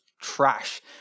trash